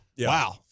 Wow